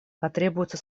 потребуются